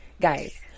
guys